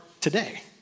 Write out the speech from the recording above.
today